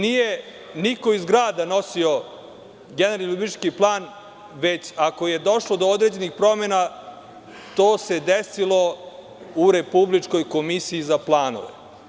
Nije niko iz grada nosio Generalni urbanistički plan, već ako je došlo do određenih promena, to se desilo u Republičkoj komisiji za planove.